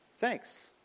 Thanks